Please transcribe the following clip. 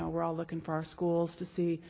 ah we're all looking for our schools to see,